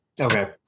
Okay